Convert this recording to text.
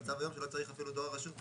המצב היום הוא שלא צריך אפילו דואר רשום.